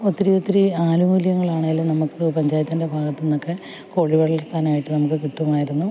ഒത്തിരി ഒത്തിരി അനുകൂല്യങ്ങളാണെങ്കിലും നമ്മൾക്ക് പഞ്ചായത്തിൻ്റെ ഭാഗത്തു നിന്നൊക്കെ കോഴി വളർത്താനായിട്ട് നമ്മൾക്ക് കിട്ടുമായിരുന്നു